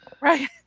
Right